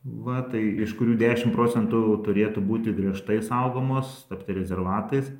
va tai iš kurių dešim procentų turėtų būti griežtai saugomos tapti rezervatais